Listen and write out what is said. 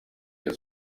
iya